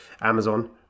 amazon